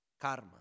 Karma